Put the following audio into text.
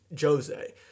Jose